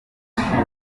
ushingiye